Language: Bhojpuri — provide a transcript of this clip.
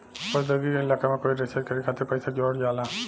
प्रौद्योगिकी के इलाका में कोई रिसर्च करे खातिर पइसा जोरल जाला